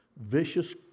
vicious